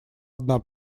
одна